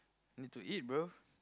need to eat bro